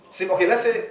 okay let's say